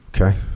Okay